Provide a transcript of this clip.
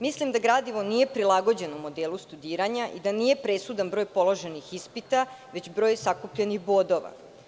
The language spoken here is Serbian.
Mislim da gradivo nije prilagođeno modelu studiranja i da nije presudan broj položenih ispita, već broj sakupljenih bodova.